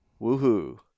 Woohoo